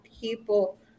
people